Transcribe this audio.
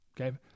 Okay